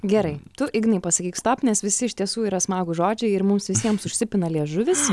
gerai tu ignai pasakyk stop nes visi iš tiesų yra smagūs žodžiai ir mums visiems užsipina liežuvis